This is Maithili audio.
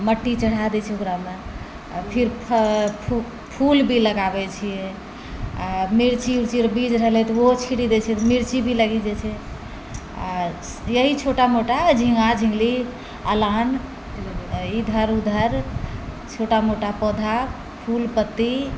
मट्टी चढ़ा दै छै ओकरामे हमे फिर फल फूल भी लगाबै छिए मिर्ची उर्चीरऽ बीज रहलै तऽ ओहो छीटि दै छिए तऽ मिर्ची भी लगि जाइ छै आओर यही छोटा मोटा झीँगा झीँगली अलान इधर उधर छोटा मोटा पौधा फूल पत्ती